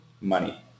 Money